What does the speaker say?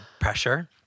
pressure